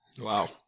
wow